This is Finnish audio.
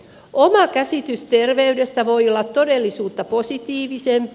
oma käsitys terveydestä voi olla todellisuutta positiivisempi